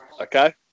Okay